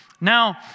Now